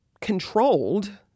controlled